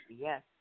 yes